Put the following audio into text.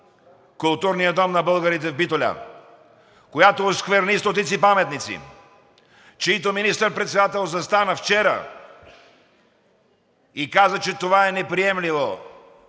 Културния дом на българите в Битоля, която оскверни стотици паметници, чийто министър-председател застана вчера и каза, че това е неприемливо